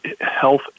health